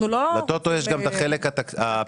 ל-טוטו יש גם את החלק הפרסומי.